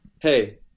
hey